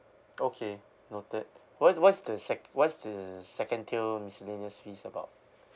okay noted what what's the sec what's the second tier miscellaneous fees about